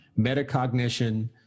metacognition